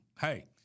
Hey